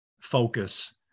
focus